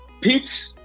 Pete